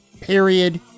period